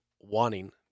wanting